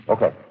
Okay